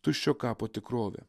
tuščio kapo tikrovė